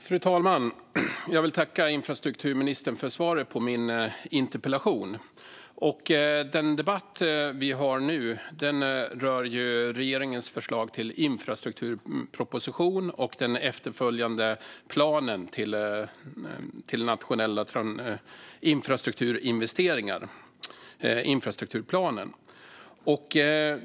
Fru talman! Jag vill tacka infrastrukturministern för svaret på min interpellation. Den debatt vi har nu rör regeringens förslag till infrastrukturproposition och den efterföljande planen till nationella infrastrukturinvesteringar - infrastrukturplanen.